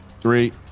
three